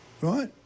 right